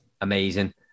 Amazing